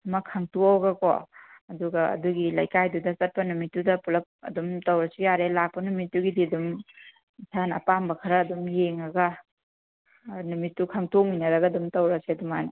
ꯑꯃ ꯈꯪꯗꯣꯛꯑꯒꯀꯣ ꯑꯗꯨꯒ ꯑꯗꯨꯒꯤ ꯂꯩꯀꯥꯏꯗꯨꯒꯤ ꯆꯠꯄ ꯅꯨꯃꯤꯠꯇꯨꯗ ꯄꯨꯂꯞ ꯑꯗꯨꯝ ꯇꯧꯔꯁꯨ ꯌꯥꯔꯦ ꯂꯥꯛꯄ ꯅꯨꯃꯤꯠꯇꯨꯒꯤꯗꯤ ꯑꯗꯨꯝ ꯏꯁꯥꯅ ꯑꯄꯥꯝꯕ ꯈꯔ ꯑꯗꯨꯝ ꯌꯦꯡꯉꯒ ꯅꯨꯃꯤꯠꯇꯣ ꯈꯪꯗꯣꯛꯃꯤꯟꯅꯔꯒ ꯑꯗꯨꯝ ꯇꯧꯔꯁꯦ ꯑꯗꯨꯃꯥꯏꯅ